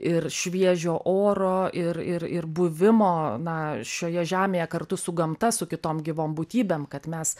ir šviežio oro ir ir ir buvimo na šioje žemėje kartu su gamta su kitom gyvom būtybėm kad mes